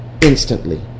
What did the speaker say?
instantly